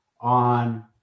on